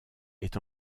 est